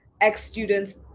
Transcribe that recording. ex-students